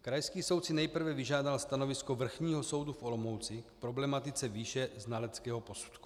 Krajský soud si nejprve vyžádal stanovisko Vrchního soudu v Olomouci k problematice výše znaleckého posudku.